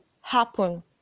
happen